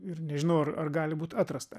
ir nežinau ar ar gali būt atrasta